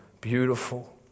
beautiful